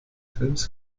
films